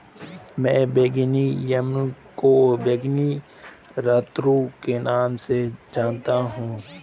मैं बैंगनी यामी को बैंगनी रतालू के नाम से जानता हूं